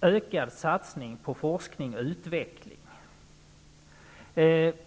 ökad satsning på forskning och utveckling är motiverad.